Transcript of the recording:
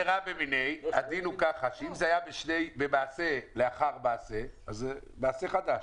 הדין הוא שאם זה היה לאחר מעשה, אז מעשה חדש.